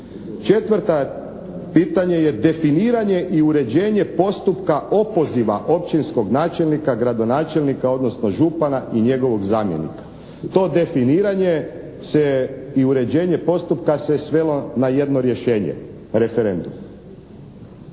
Četvrto pitanje je definiranje i uređenje postupka opoziva općinskog načelnika, gradonačelnika, odnosno župana i njegovog zamjenika. To definiranje se i uređenje postupka se svelo na jedno rješenje, referendum.